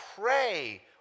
pray